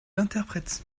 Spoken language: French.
interprète